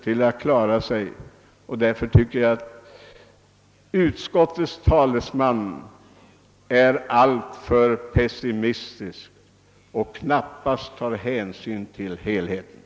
Jag tycker emellertid att utskottets talesman är alltför pessimistisk och knappast tar hänsyn till helheten.